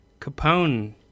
Capone